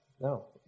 No